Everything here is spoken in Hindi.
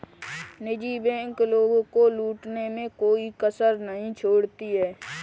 निजी बैंक लोगों को लूटने में कोई कसर नहीं छोड़ती है